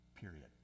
period